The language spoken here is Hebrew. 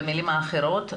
במילים אחרות,